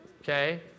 okay